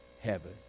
heaven